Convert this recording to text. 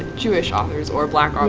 jewish authors or black um